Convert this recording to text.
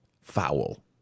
foul